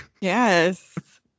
Yes